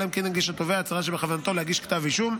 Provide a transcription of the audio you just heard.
אלא אם כן הגיש התובע הצהרה שבכוונתו להגיש כתב אישום,